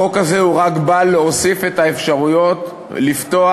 החוק הזה רק בא להוסיף את האפשרויות לפתוח,